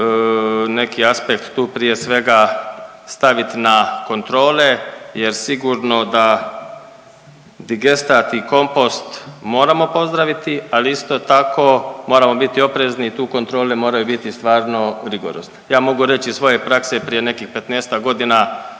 neki aspekt tu prije svega stavit na kontrole jer sigurno da digestat i kompost moramo pozdraviti, ali isto tako moramo biti oprezni i tu kontrole moraju biti stvarno rigorozne. Ja mogu reći iz svoje prakse prije nekih 15-tak godina